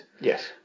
Yes